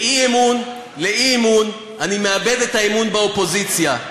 מאי-אמון לאי-אמון אני מאבד את האמון באופוזיציה,